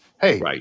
hey